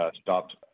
stopped